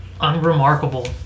unremarkable